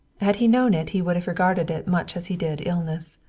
had he known it he would have regarded it much as he did illness.